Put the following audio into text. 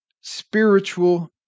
spiritual